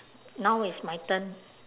now it's my turn